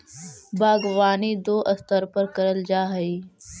बागवानी दो स्तर पर करल जा हई